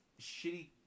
shitty